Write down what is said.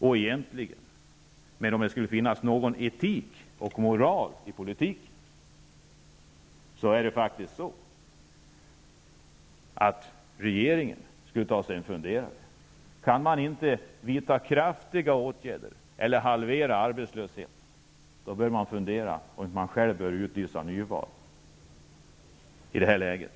Om det fanns någon moral och etik i politiken, borde regeringen, om den inte kan vidta kraftfulla åtgärder eller halvera arbetslösheten, fundera över om den inte skall utlysa nyval i detta läge.